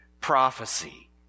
prophecy